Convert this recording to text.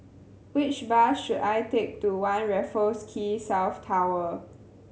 which bus should I take to One Raffles Quay South Tower